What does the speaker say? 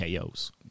KOs